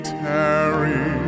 tarry